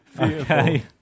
Okay